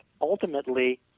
ultimately